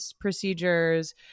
procedures